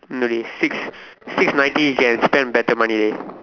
no okay six six ninety can spend better money dey